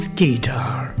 guitar